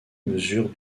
mesure